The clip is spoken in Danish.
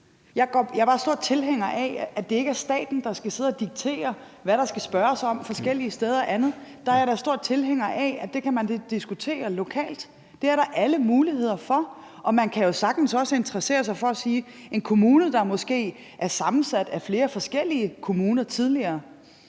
Jeg er bare stor tilhænger af, at det ikke er staten, der skal sidde og diktere, hvad der skal spørges om forskellige steder. Der er jeg stor tilhænger af, at det kan man diskutere lokalt. Det er der alle muligheder for. Og man kan jo også sagtens sige, at i en kommune, der er sammensat af flere forskellige tidligere